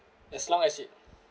as long as it